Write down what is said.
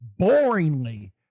boringly